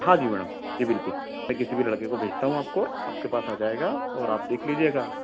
हाँ जी मैडम जी बिलकुल मैं किसी भी लड़के को भेजता हूँ आपको आपके पास आ जाएगा और आप देख लीजिएगा